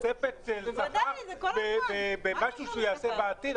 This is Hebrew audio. תוספת במשהו שהוא יעשה בעתיד?